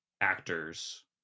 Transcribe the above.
actors